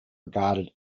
regarded